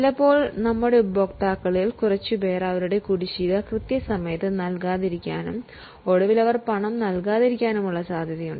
ഇപ്പോൾ നമ്മളുടെ ഉപഭോക്താക്കളിൽ കുറച്ചുപേർ അവരുടെ കുടിശ്ശിക കൃത്യസമയത്ത് നൽകാതിരിക്കാനും ഒടുവിൽ അവർ പണം നൽകാതിരിക്കാനുമുള്ള സാധ്യതയുണ്ട്